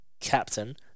captain